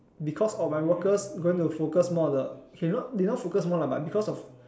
because of my workers going to focus more on the okay not they not focus more lah but because of